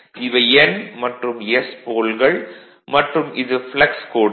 இவை N மற்றும் S போல்கள் மற்றும் இது ப்ளக்ஸ் கோடுகள்